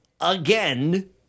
again